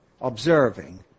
observing